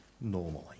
normally